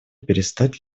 перестать